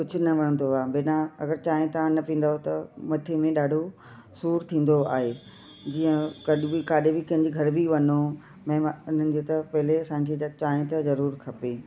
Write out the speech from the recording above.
कुझु न वणंदो आहे बिना अगरि चांहिं तव्हां न पीअंदो त मथे में ॾाढो जीअं कढ बि काढे बि कंहिंजे घर बि वञो महिमाननि जे त पहिले असांखे त चांहिं त ज़रूरु खपे